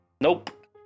Nope